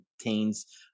contains